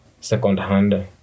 second-hand